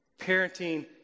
Parenting